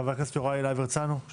חבר הכנסת יוראי להב הרצנו,